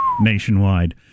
nationwide